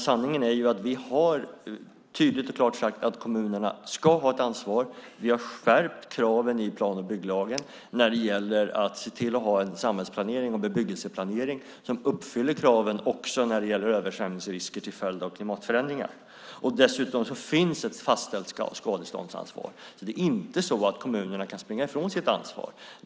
Sanningen är att vi tydligt och klart har sagt att kommunerna ska ha ett ansvar. Vi har skärpt kraven i plan och bygglagen när det gäller att se till att ha en samhällsplanering och bebyggelseplanering som uppfyller kraven också i fråga om översvämningsrisker till följd av klimatförändringar. Dessutom finns det ett fastställt skadeståndsansvar, så det är inte så att kommunerna kan springa ifrån sitt ansvar.